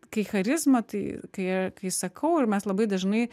kai charizma tai kai kai sakau ir mes labai dažnai